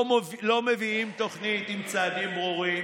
לא מביאים תוכנית עם צעדים ברורים